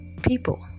People